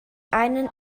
einen